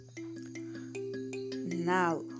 Now